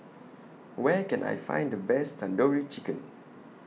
Where Can I Find The Best Tandoori Chicken